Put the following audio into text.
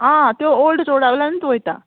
आं त्यो ओल्ड रोडा वयल्यानूच वयता